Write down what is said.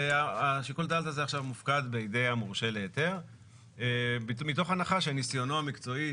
ושיקול הדעת הזה עכשיו מופקד בידי המורשה להיתר מתוך הנחה שניסיונו המקצועי